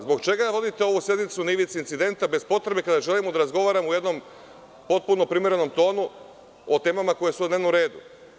Zbog čega vodite ovu sednicu na ivici incidenta, bez potrebe, kada želimo da razgovaramo u jednom potpuno primerenom tonu o temama koje su na dnevnom redu.